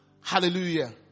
Hallelujah